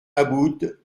aboud